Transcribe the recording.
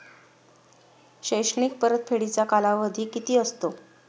शैक्षणिक परतफेडीचा कालावधी किती असतो?